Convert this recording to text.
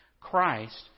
Christ